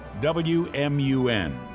WMUN